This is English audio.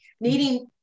needing